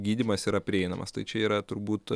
gydymas yra prieinamas tai čia yra turbūt